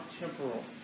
temporal